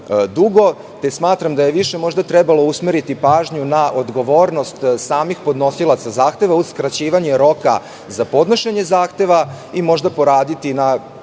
Smatram da je trebalo više usmeriti pažnju na odgovornost samih podnosilaca zahteva uz skraćivanje roka za podnošenje zahteva i možda poradi na